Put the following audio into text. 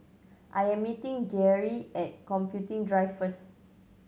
I am meeting Geary at Computing Drive first